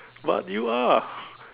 but you are